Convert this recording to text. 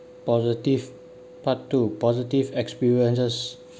positive part two positive experiences